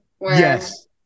Yes